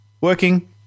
working